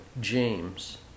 James